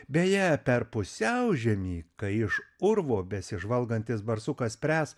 beje per pusiaužiemį kai iš urvo besižvalgantis barsukas spręs